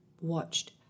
watched